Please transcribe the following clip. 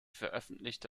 veröffentlichte